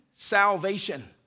Salvation